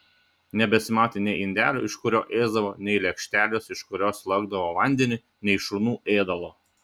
nebesimatė nei indelio iš kurio ėsdavo nei lėkštelės iš kurios lakdavo vandenį nei šunų ėdalo